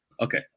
Okay